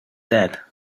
dead